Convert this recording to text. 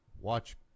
watch